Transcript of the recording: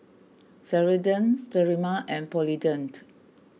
Ceradan Sterimar and Polident